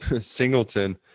singleton